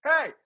hey